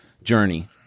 journey